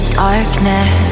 darkness